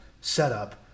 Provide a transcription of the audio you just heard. setup